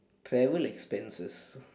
travel expenses